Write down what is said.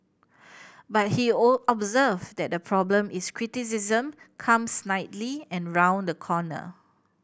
but he observed that the problem is criticism comes snidely and round the corner